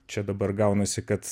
čia dabar gaunasi kad